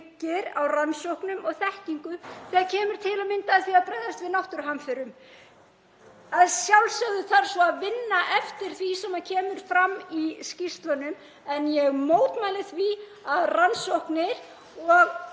á rannsóknum og þekkingu þegar kemur til að mynda að því að bregðast við náttúruhamförum. Að sjálfsögðu þarf svo að vinna eftir því sem kemur fram í skýrslunum. En ég mótmæli því að rannsóknir og